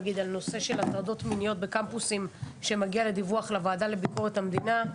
נניח על הנושא של הטרדות מיניות בקמפוסים שהגיע לוועדה לביקורת המדינה,